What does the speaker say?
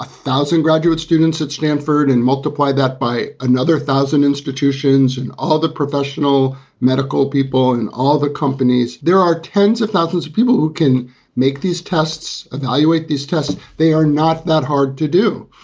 ah thousand graduate students at stanford and multiply that by another thousand institutions and all the professional medical people and all the companies there are tens of thousands of people who can make these tests, evaluate these tests. they are not not hard to do.